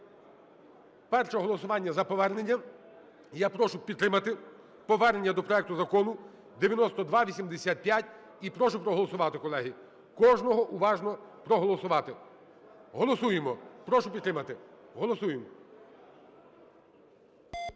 Перше голосування за повернення. Я прошу підтримати повернення до проекту Закону 9285 і прошу проголосувати, колеги, кожного уважно проголосувати. Голосуємо. Прошу підтримати. Голосуємо.